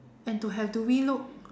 and to have to relook